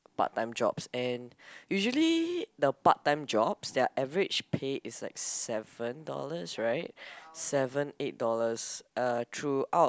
part time jobs and usually the part time jobs their average pay is like seven dollars right seven eight dollars uh throughout